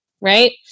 right